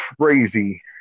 crazy